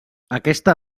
aquesta